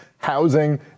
housing